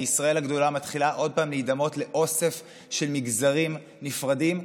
מישראל הגדולה מתחילה עוד פעם להידמות לאוסף של מגזרים נפרדים,